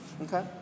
Okay